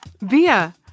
Via